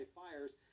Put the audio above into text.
fires